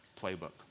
playbook